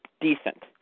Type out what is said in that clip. decent